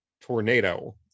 tornado